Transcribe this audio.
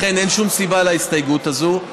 לכן אין שום סיבה להסתייגות הזו,